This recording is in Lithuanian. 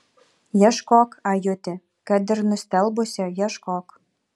ieškok ajuti kad ir nustelbusio ieškok